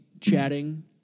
chatting